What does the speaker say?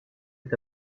est